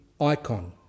icon